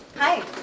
Hi